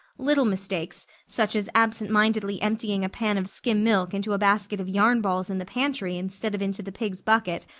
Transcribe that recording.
little mistakes, such as absentmindedly emptying a pan of skim milk into a basket of yarn balls in the pantry instead of into the pigs' bucket,